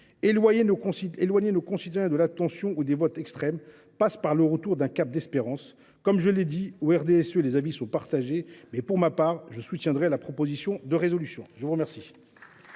Éloigner nos concitoyens de l’abstention ou des votes extrêmes passe par le retour d’un cap d’espérance. Comme je l’ai dit, au RDSE, les avis sont partagés. Pour ma part, je soutiendrai la proposition de résolution. La parole